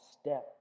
Step